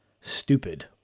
stupid